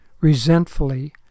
Resentfully